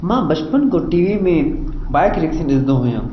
मां बचपन खां टी वी में बाइक रेसिंग ॾिसंदो हुअमि